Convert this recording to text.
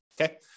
Okay